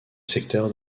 secteur